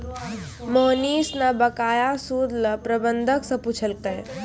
मोहनीश न बकाया सूद ल प्रबंधक स पूछलकै